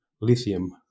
lithium